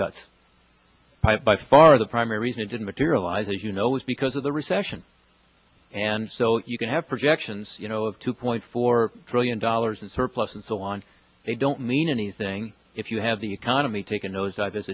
cuts by far the primary reason it didn't materialize you know was because of the recession and so you can have projections you know of two point four trillion dollars in surplus and so on they don't mean anything if you have the economy take a nosedive as